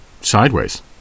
sideways